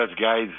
guys